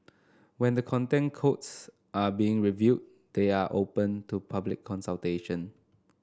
when the Content Codes are being reviewed they are open to public consultation